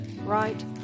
right